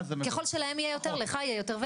30%. אני לא אומרת שמערכת הבריאות לא נמצאת במחסור,